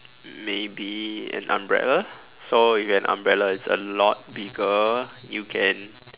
maybe an umbrella so if you have an umbrella it's a lot bigger you can